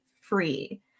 free